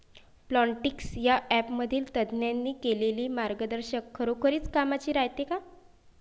Plantix या ॲपमधील तज्ज्ञांनी केलेली मार्गदर्शन खरोखरीच कामाचं रायते का?